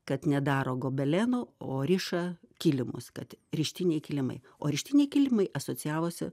kad nedaro gobeleno o riša kilimus kad rištiniai kilimai o rištiniai kilimai asocijavosi